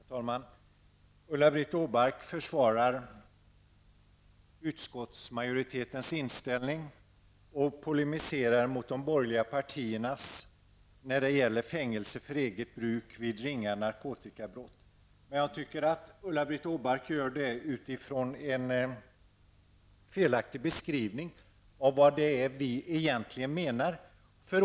Herr talman! Ulla-Britt Åbark försvarar utskottsmajoritetens inställning och polemiserar mot de borgerliga partiernas krav att fängelse skall ingå i straffskalan för eget bruk av narkotika vid ringa narkotikabrott. Men jag tycker att Ulla-Britt Åbark gör det med utgångspunkt i en felaktig beskrivning av vad det är vi egentligen menar.